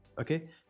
Okay